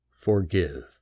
forgive